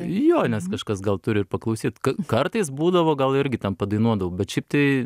jo nes kažkas gal turi ir paklausyt kartais būdavo gal irgi ten padainuodavau bet šiaip tai